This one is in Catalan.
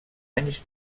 anys